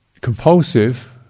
compulsive